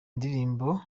ndirimbo